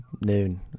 noon